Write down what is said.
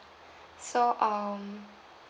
so um